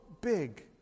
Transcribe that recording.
big